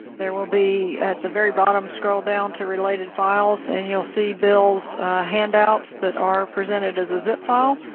there will be at the very bottom, scroll down to related files, and you'll see bill's or handouts that are presented as a zip file,